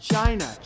China